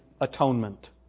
atonement